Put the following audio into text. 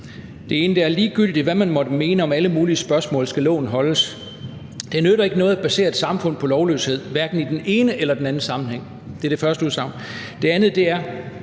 det ene er: Ligegyldigt, hvad man måtte mene om alle mulige spørgsmål, skal loven holdes. Det nytter ikke noget at basere et samfund på lovløshed, hverken i den ene eller den anden sammenhæng. Det var det første udsagn. Det andet